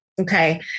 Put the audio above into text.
okay